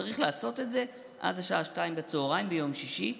צריך לעשות את זה עד השעה 14:00 ביום שישי,